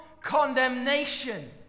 condemnation